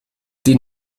die